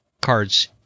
cards